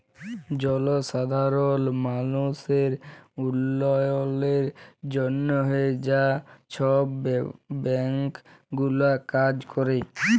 জলসাধারল মালুসের উল্ল্যয়লের জ্যনহে হাঁ ছব ব্যাংক গুলা কাজ ক্যরে